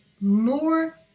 more